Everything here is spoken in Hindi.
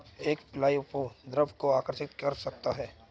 एक फ्लाई उपद्रव को आकर्षित कर सकता है?